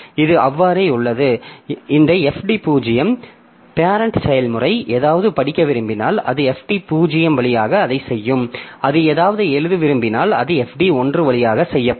இது அவ்வாறே உள்ளது இந்த fd 0 பேரெண்ட் செயல்முறை ஏதாவது படிக்க விரும்பினால் அது fd 0 வழியாக அதைச் செய்யும் அது ஏதாவது எழுத விரும்பினால் அது fd 1 வழியாகச் செய்யப்படும்